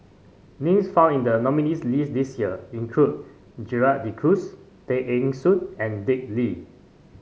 names found in the nominees' list this year include Gerald De Cruz Tay Eng Soon and Dick Lee